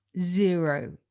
zero